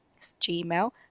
Gmail